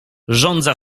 żądza